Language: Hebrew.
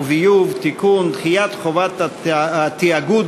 ותועבר לוועדת העבודה,